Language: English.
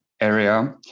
area